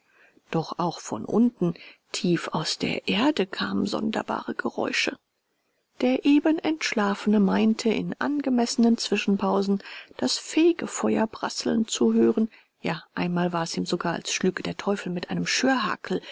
doch auch von unten tief aus der erde kamen sonderbare geräusche der eben entschlafene meinte in angemessenen zwischenpausen das fegefeuer prasseln zu hören ja einmal war's ihm sogar als schlüge der teufel mit einem